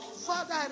Father